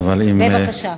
כן, אבל, בבקשה.